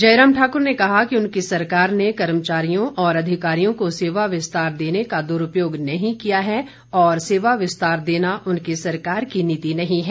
जयराम ठाकुर ने कहा कि उनकी सरकार ने कर्मचारियों और अधिकारियों को सेवा विस्तार देने का दुरूपयोग नहीं किया है और सेवा विस्तार देना उनकी सरकार की नीति नहीं है